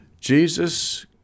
Jesus